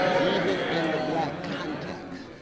even in the black context,